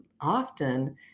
often